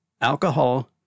alcohol